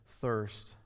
thirst